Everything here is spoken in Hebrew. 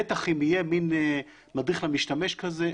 בטח אם יהיה מין מדריך למשתמש כזה,